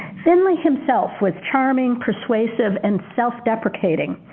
finley himself was charming, persuasive and self-deprecating,